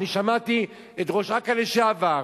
שמעתי את ראש אכ"א לשעבר,